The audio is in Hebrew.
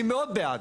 אני מאוד בעד.